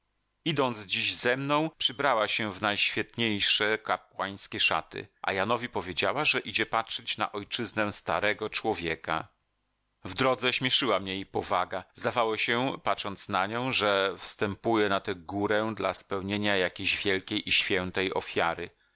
idąc dziś ze mną przybrała się w najświetniejsze kapłańskie szaty a janowi powiedziała że idzie patrzyć na ojczyznę starego człowieka w drodze śmieszyła mnie jej powaga zdawało się patrząc na nią że wstępuje na tę górę dla spełnienia jakiejś wielkiej i świętej ofiary